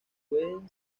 pueden